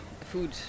food